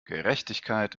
gerechtigkeit